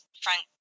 Frank